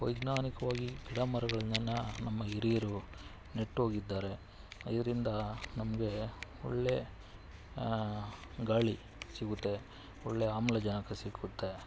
ವೈಜ್ಞಾನಿಕವಾಗಿ ಗಿಡ ಮರಗಳನ್ನು ನಮ್ಮ ಹಿರಿಯರು ನೆಟ್ಟೋಗಿದ್ದಾರೆ ಇದರಿಂದ ನಮಗೆ ಒಳ್ಳೆ ಗಾಳಿ ಸಿಗುತ್ತೆ ಒಳ್ಳೆ ಆಮ್ಲಜನಕ ಸಿಗುತ್ತೆ